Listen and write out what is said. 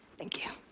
thank you.